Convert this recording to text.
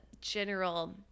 general